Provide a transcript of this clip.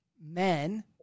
men